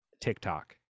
TikTok